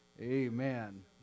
Amen